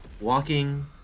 walking